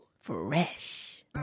Fresh